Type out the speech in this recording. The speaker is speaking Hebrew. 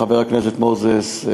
חבר הכנסת מוזס,